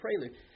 prelude